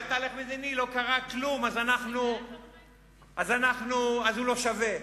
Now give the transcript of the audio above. היה תהליך מדיני ולא קרה כלום אז הוא לא שווה,